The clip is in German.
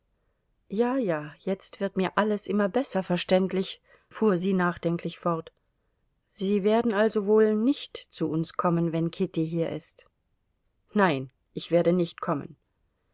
ja ja jetzt wird mir alles immer besser verständlich fuhr sie nachdenklich fort sie werden also wohl nicht zu uns kommen wenn kitty hier ist nein ich werde nicht kommen